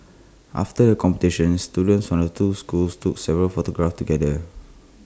after the competition students from the two schools took several photographs together